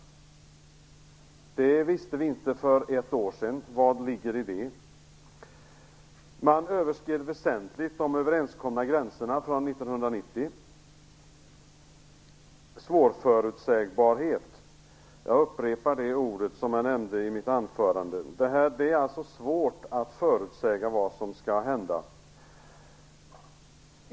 Det visste vi inte för ett år sedan. Vad ligger i det? Man överskred väsentligt de år 1990 Jag upprepar ordet förutsägbarhet, som jag nämnde i mitt huvudanförande. Det är alltså svårt att förutsäga vad som skall hända.